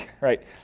right